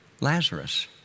Lazarus